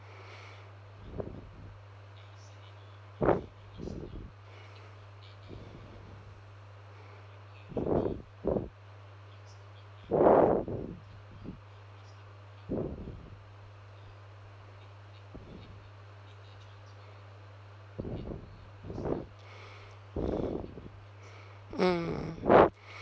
mm